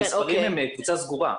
המספרים הם קבוצה סגורה.